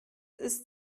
ist